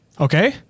Okay